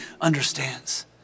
understands